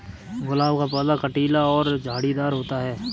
गुलाब का पौधा कटीला और झाड़ीदार होता है